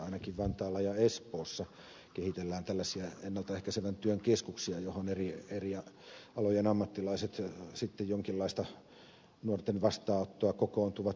ainakin vantaalla ja espoossa kehitellään tällaisia ennalta ehkäisevän työn keskuksia johon eri alojen ammattilaiset sitten jonkinlaista nuorten vastaanottoa kokoontuvat pitämään